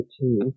two